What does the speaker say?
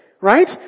right